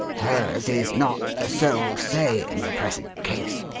hers is not the sole say in the present case.